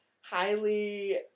highly